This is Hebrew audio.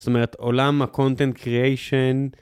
זאת אומרת עולם ה-content creation